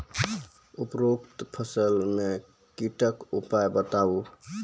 उपरोक्त फसल मे कीटक उपाय बताऊ?